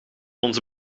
onze